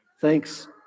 Thanks